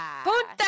Punta